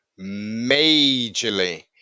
Majorly